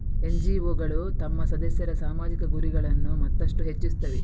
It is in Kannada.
ಎನ್.ಜಿ.ಒಗಳು ತಮ್ಮ ಸದಸ್ಯರ ಸಾಮಾಜಿಕ ಗುರಿಗಳನ್ನು ಮತ್ತಷ್ಟು ಹೆಚ್ಚಿಸುತ್ತವೆ